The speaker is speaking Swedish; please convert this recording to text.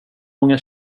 många